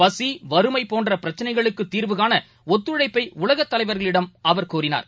பசி வறுமைபோன்றபிரச்சினைகளுக்குதீர்வுகாணஒத்துழைப்பைஉலகத்தலைவர்களிடம் அவர் கோரினார்